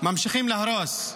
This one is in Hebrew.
ממשיכים להרוס,